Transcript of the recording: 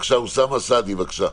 אוסאמה סעדי, בבקשה.